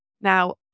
now